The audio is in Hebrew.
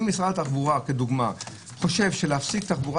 אם משרד התחבורה למשל חושב שלהפסיק תחבורה